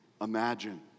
Imagine